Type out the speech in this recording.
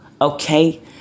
Okay